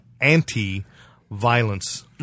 anti-violence